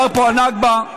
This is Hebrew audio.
אתה בן-גוריון.